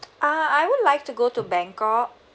ah I would like to go to bangkok